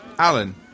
Alan